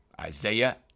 Isaiah